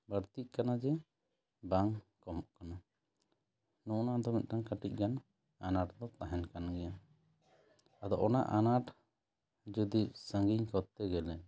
ᱵᱟᱹᱲᱛᱤᱜ ᱠᱟᱱᱟ ᱡᱮ ᱵᱟᱝ ᱠᱚᱢᱚᱜ ᱠᱟᱱᱟ ᱱᱚᱜᱱᱟ ᱫᱚ ᱠᱟᱹᱴᱤᱡ ᱜᱟᱱ ᱟᱱᱟᱴ ᱫᱚ ᱛᱟᱦᱮᱱ ᱠᱟᱱ ᱜᱮᱭᱟ ᱟᱫᱚ ᱚᱱᱟ ᱟᱱᱟᱴ ᱡᱩᱫᱤ ᱥᱟᱺᱜᱤᱧ ᱠᱚᱨᱛᱮ ᱜᱮᱞᱮ